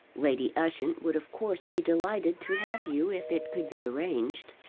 lady ushant would of course be delighted to have you if it could be arranged.